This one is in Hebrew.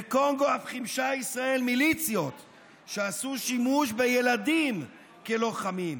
בקונגו אף חימשה ישראל מיליציות שעשו שימוש בילדים כלוחמים.